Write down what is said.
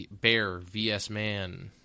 BearVSMan